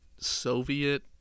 Soviet